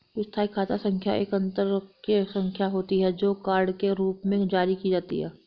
स्थायी खाता संख्या एक अक्षरांकीय संख्या होती है, जो कार्ड के रूप में जारी की जाती है